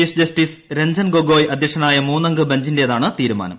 chief justice Ranjan Gogoi അധ്യക്ഷനായ മൂന്നംഗ ബെഞ്ചിന്റേതാണ് തീരുമാനം